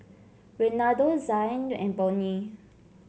Renaldo Zhane and Bonny